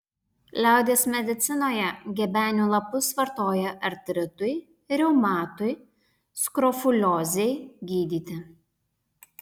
liaudies medicinoje gebenių lapus vartoja artritui reumatui skrofuliozei gydyti